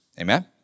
Amen